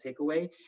takeaway